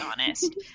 honest